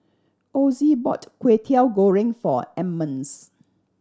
Ozie bought Kwetiau Goreng for Emmons